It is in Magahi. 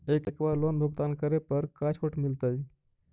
एक बार लोन भुगतान करे पर का छुट मिल तइ?